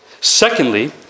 Secondly